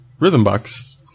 Rhythmbox